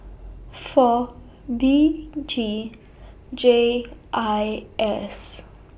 four B G J I S